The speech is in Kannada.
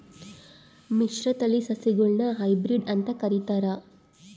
ಮಿಶ್ರತಳಿ ಸಸಿಗುಳ್ನ ಹೈಬ್ರಿಡ್ ಅಂತ ಕರಿತಾರ